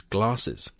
Glasses